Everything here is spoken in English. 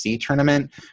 tournament